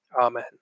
Amen